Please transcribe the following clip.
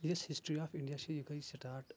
یُس history of India چھ یہِ گٔے سِٹارٹ